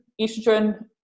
Estrogen